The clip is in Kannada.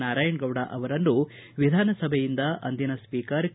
ನಾರಾಯಣಗೌಡ ಅವರನ್ನು ವಿಧಾನಸಭೆಯಿಂದ ಅಂದಿನ ಸ್ವೀಕರ್ ಕೆ